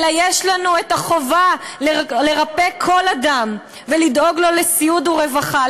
אלא יש לנו החובה לרפא כל אדם ולדאוג לו לסיעוד ולרווחה,